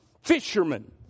Fishermen